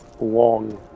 long